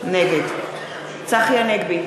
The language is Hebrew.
נגד צחי הנגבי,